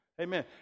Amen